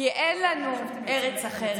כי אין לנו ארץ אחרת.